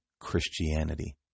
Christianity